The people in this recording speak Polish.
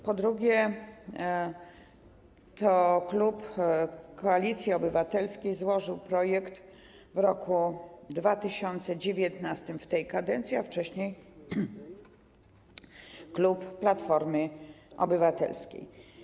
Po drugie, to klub Koalicji Obywatelskiej złożył projekt w roku 2019, w tej kadencji, a wcześniej klub Platformy Obywatelskiej.